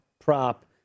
prop